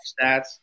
stats